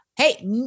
Hey